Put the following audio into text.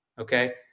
okay